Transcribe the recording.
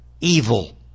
evil